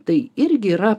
tai irgi yra